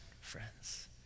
friends